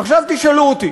עכשיו תשאלו אותי: